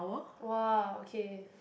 !wah! okay